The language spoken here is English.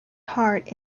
heart